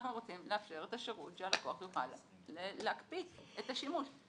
אנחנו רוצים לאפשר את השרות שהלקוח יוכל להקפיא את השימוש.